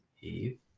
Eve